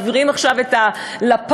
מעבירים עכשיו את הלפ"מ,